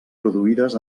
produïdes